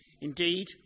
Indeed